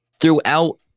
throughout